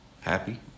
happy